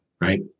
right